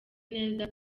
neza